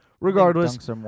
Regardless